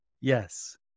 yes